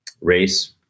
race